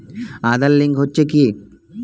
Aadhaar link হচ্ছে কি?